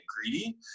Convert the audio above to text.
greedy